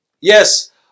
yes